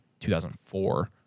2004